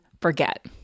forget